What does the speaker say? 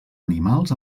animals